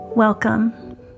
Welcome